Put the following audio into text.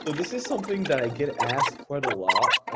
this is something that i get asked quite a lot.